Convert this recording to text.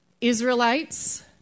Israelites